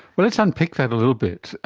let's unpick that a little bit.